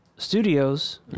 Studios